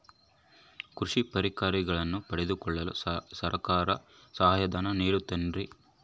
ಕೃಷಿ ಪರಿಕರಗಳನ್ನು ಪಡೆದುಕೊಳ್ಳಲು ಸರ್ಕಾರ ಸಹಾಯಧನ ನೇಡುತ್ತದೆ ಏನ್ರಿ?